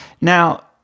now